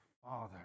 Father